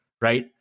right